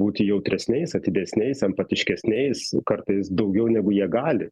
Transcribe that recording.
būti jautresniais atidesniais empatiškesniais kartais daugiau negu jie gali